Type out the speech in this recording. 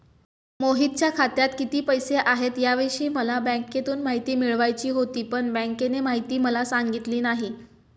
मोहितच्या खात्यात किती पैसे आहेत याविषयी मला बँकेतून माहिती मिळवायची होती, पण बँकेने माहिती मला सांगितली नाही